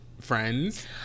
friends